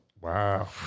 Wow